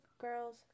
girls